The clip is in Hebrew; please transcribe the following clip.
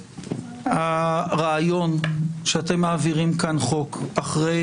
הרעיון שאתם מעבירים כאן חוק אחרי